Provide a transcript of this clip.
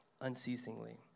unceasingly